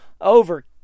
over